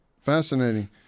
Fascinating